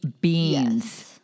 beans